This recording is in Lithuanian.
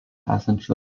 esančių